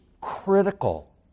critical